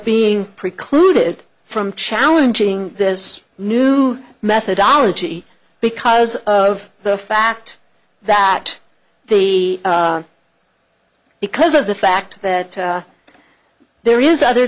being precluded from challenging this new methodology because of the fact that the because of the fact that there is other